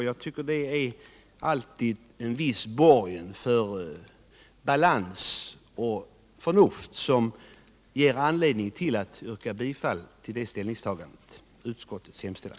Jag tycker att det är en viss borgen för balans och förnuft, som ger mig anledning att yrka bifall till utskottets hemställan.